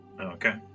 Okay